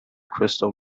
crystal